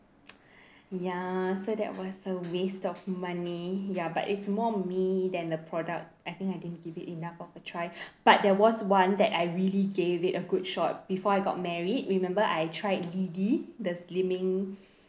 ya so that was a waste of money ya but it's more me than the product I think I didn't give it enough of a try but there was one that I really gave it a good shot before I got married remember I tried Dee Dee the slimming